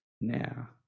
now